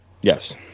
Yes